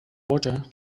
water